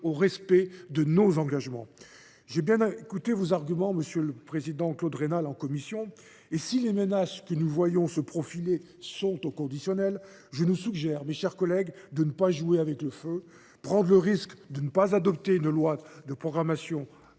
au respect de nos engagements. J’ai bien écouté vos arguments en commission, monsieur le président Raynal : si les menaces que nous voyons se profiler sont au conditionnel, je vous suggère, mes chers collègues, de ne pas jouer avec le feu. Prendre le risque de ne pas adopter une loi de programmation